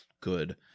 good